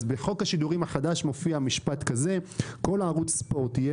אז בחוק השידורים החדש מופיע משפט כזה: "כל ערוץ ספורט יהיה